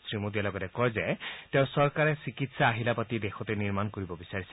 শ্ৰী মোডীয়ে লগতে কয় যে তেওঁৰ চৰকাৰে চিকিৎসাৰ আহিলা পাতি দেশতে নিৰ্মাণ কৰিব বিচাৰিছে